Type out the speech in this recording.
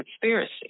conspiracy